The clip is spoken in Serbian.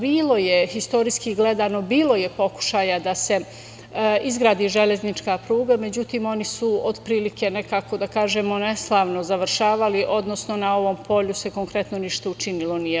Bilo je, istorijski gledano, bilo je pokušaja da se izgradi železnička pruga, međutim oni su otprilike nekako da kažemo neslavno završavali, odnosno na ovom polju se konkretno ništa učinilo nije.